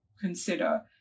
consider